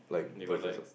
they got like